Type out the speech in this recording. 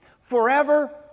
forever